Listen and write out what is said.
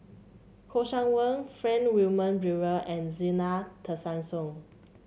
Kouo Shang Wei Frank Wilmin Brewer and Zena Tessensohn